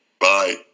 bye